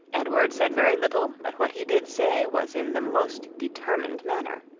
edward said very little but what he did say, was in the most determined manner.